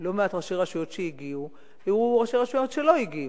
לא מעט ראשי רשויות שהגיעו והיו ראשי רשויות שלא הגיעו.